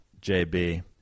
JB